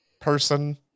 person